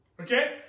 Okay